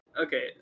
Okay